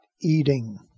eating